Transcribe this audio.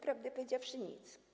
Prawdę powiedziawszy, nic.